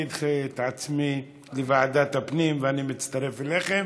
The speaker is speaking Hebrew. אני אדחה את עצמי לוועדת הפנים, ואני מצטרף אליכם.